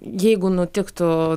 jeigu nutiktų